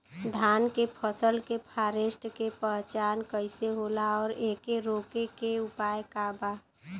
धान के फसल के फारेस्ट के पहचान कइसे होला और एके रोके के उपाय का बा?